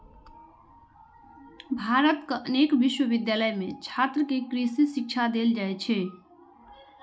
भारतक अनेक विश्वविद्यालय मे छात्र कें कृषि शिक्षा देल जाइ छै